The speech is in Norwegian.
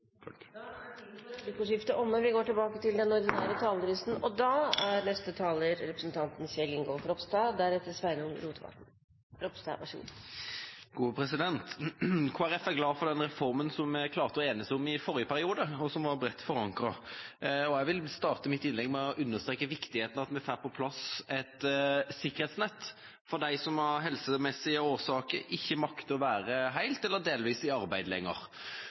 da er så bekymret for at har for mye penger. Jeg føler ikke noe behov for å kommentere akkurat det siste spørsmålet noe mer. Replikkordskiftet er omme. Kristelig Folkeparti er glad for den reformen som vi klarte å enes om i forrige periode, og som var bredt forankret. Jeg vil starte mitt innlegg med å understreke viktigheten i at vi får på plass et sikkerhetsnett for dem som av helsemessige årsaker ikke makter å være helt eller delvis i arbeid lenger.